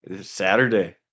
Saturday